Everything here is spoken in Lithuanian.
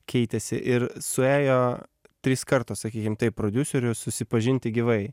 keitėsi ir suėjo trys kartos sakykim taip prodiuserių susipažinti gyvai